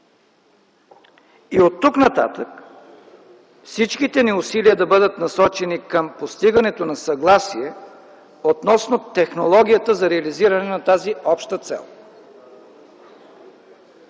Оттук нататък всичките ни усилия трябва да бъдат насочени към постигането на съгласие относно технологията за постигането на тази обща цел.